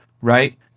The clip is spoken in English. right